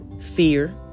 fear